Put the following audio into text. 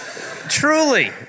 Truly